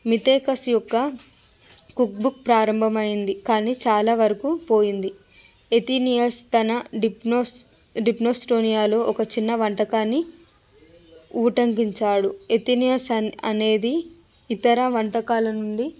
Mithaecus యొక్క cookbook ప్రారంభమైంది కానీ చాలా వరకు పోయింది ఎథీనియస్ తన డీప్నోసోఫిస్టే డీప్నోసోఫిస్టేలో ఒక చిన్న వంటకాన్ని ఊటంకించాడు ఎథీనియస్ అనే అనేది ఇతర వంటకాల నుండి